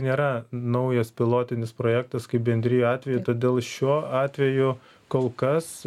nėra naujas pilotinis projektas kaip bendrijų atveju todėl šiuo atveju kol kas